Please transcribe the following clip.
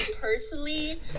personally